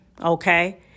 okay